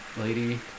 lady